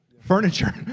Furniture